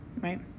right